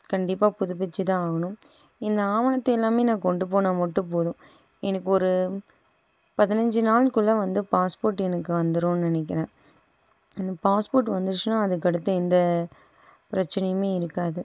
கண்டிப்பாக புதுப்பித்து தான் ஆகணும் இந்த ஆவணத்தை எல்லாமே நான் கொண்டு போனால் மட்டும் போதும் எனக்கு ஒரு பதினஞ்சு நாள்குள்ளே வந்து பாஸ்போர்ட்டு எனக்கு வந்துடும்னு நினக்கிறேன் அந்த பாஸ்போர்ட்டு வந்துடுச்சின்னா அதுக்கு அடுத்து எந்த பிரச்சினையுமே இருக்காது